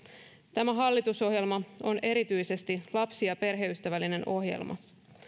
tämä hallitusohjelma on erityisesti lapsi ja perheystävällinen ohjelma